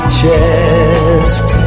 chest